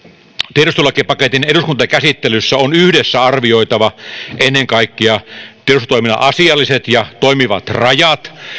tiedustelulakipaketin eduskuntakäsittelyssä on yhdessä arvioitava ennen kaikkea tiedustelutoiminnan asialliset ja toimivat rajat